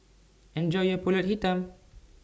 Enjoy your Pulut Hitam